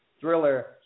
thriller